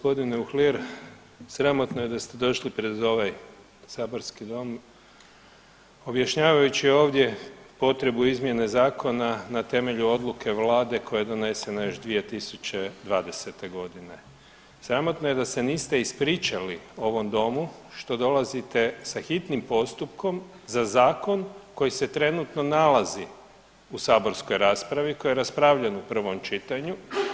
Poštovani g. Uhlir, sramotno je da ste došli pred ovaj saborski dom objašnjavajući ovdje potrebu izmjene zakona na temelju odluke vlade koja je donesena još 2020.g., sramotno je da se niste ispričali ovom domu što dolazite sa hitnim postupkom za zakon koji se trenutno nalazi u saborskoj raspravi, koji je raspravljen u prvom čitanju.